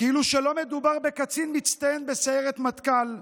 כאילו שלא מדובר בקצין מצטיין בסיירת מטכ"ל,